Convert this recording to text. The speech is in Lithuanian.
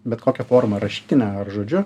bet kokia forma rašytine ar žodžiu